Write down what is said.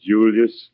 Julius